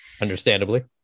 Understandably